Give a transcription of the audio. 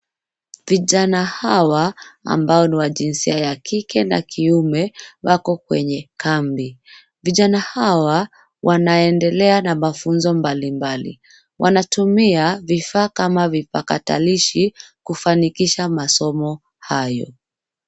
Vijana ambao ni wa jinsia ya kike na kiume wako kwenye kambi. Vijana hawa wanaendelea na mafunzo mbalimbali. Wanatumia vifaa kama vipakatailishi kufanikisha masomo hayo.